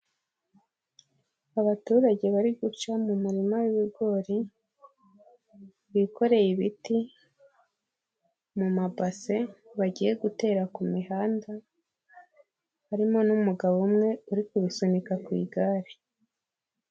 Abaturage bari guca mu murima wi'bigori bikoreye ibiti, mu mabase bagiye gutera ku mihanda, harimo n'umugabo umwe uri kubisunika ku igare.